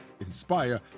inspire